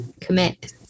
commit